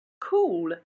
cool